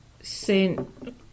sent